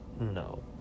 No